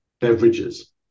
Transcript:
Beverages